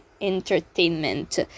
entertainment